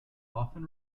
often